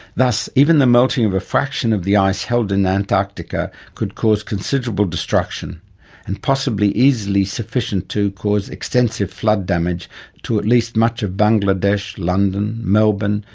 thus even the melting of a fraction of the ice held in antarctica could cause considerable destruction and possibly easily sufficient to cause extensive flood damage to at least much of bangladesh, london, melbourne,